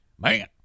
man